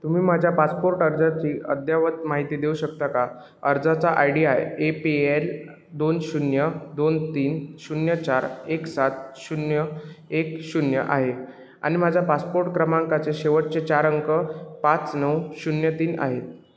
तुम्ही माझ्या पासपोर्ट अर्जाची अद्ययावत माहिती देऊ शकता का अर्जाचा I D I A P L दोन शून्य दोन तीन शून्य चार एक सात शून्य एक शून्य आहे आणि माझा पासपोट क्रमांकाचे शेवटचे चार अंक पाच नऊ शून्य तीन आहेत